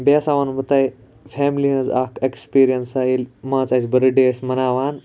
بیٚیہِ ہَسا وَنہٕ بہٕ تۄہہِ فیملی ہنٛز اکھ ایٚکٕسپیٖریَنسا ییٚلہِ مان ژِ اسہِ بٔرتھ ڈے ٲسۍ مَناوان